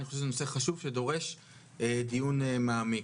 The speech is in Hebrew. אני חושב שזה נושא חשוב שדורש דיון מעמיק.